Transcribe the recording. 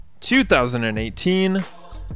2018